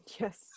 Yes